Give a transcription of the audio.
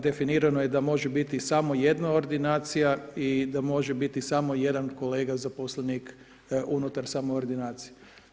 Definirano je da može biti samo jedna ordinacija i da može biti samo jedan kolega zaposlenik unutar same ordinacije.